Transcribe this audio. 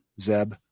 Zeb